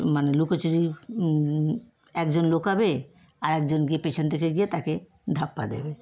মানে লুকোচুরি একজন লুকাবে আর একজন গিয়ে পেছন থেকে গিয়ে তাকে ধাপ্পা দেবে